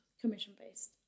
Commission-based